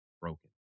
broken